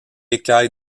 écailles